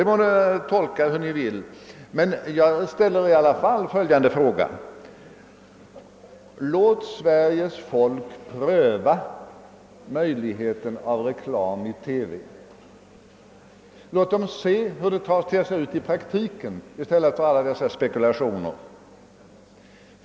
Ni må tolka hans uttalanden hur Ni vill, men jag vill i alla fall framföra följande förslag. Låt Sveriges folk pröva möjligheten av reklam i TV! Låt folk se hur det tar sig ut i verkligheten. Det är bättre än alla dessa spekulationer.